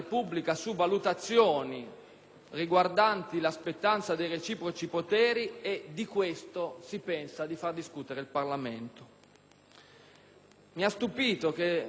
Mi ha stupito che, da una parte, si